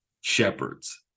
shepherds